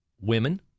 women